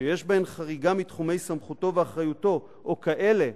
שיש בהם חריגה מתחומי סמכותו ואחריותו או כאלה